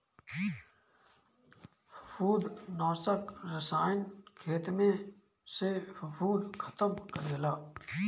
फंफूदनाशक रसायन खेत में से फंफूद खतम करेला